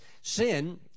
sin